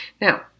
Now